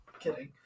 Kidding